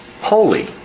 holy